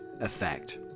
effect